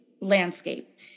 landscape